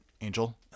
angel